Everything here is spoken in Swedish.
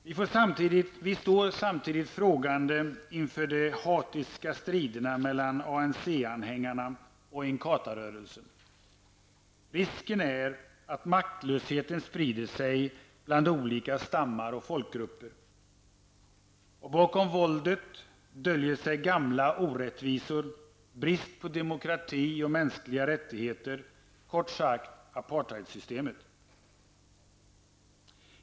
Vi står samtidigt frågande inför de hatiska striderna mellan ANC-anhängarna och Inkatha-rörelsen. Risken är att maktlösheten sprider sig bland olika stammar och folkgrupper. Bakom våldet döljer sig gamla orättvisor, brist på demokrati och mänskliga rättigheter -- kort sagt: apartheidsystemet.